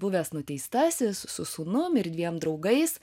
buvęs nuteistasis su sūnum ir dviem draugais